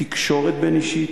תקשורת בין-אישית,